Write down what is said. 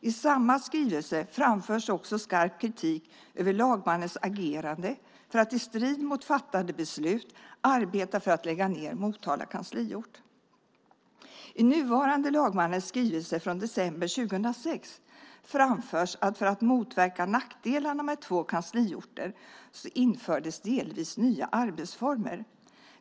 I samma skrivelse framförs också skarp kritik mot lagmannens agerande för att i strid med fattade beslut arbeta för att lägga ned Motala kansliort. I nuvarande lagmannens skrivelse från december 2006 framförs att för att motverka nackdelarna med två kansliorter infördes delvis nya arbetsformer.